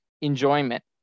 enjoyment